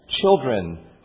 children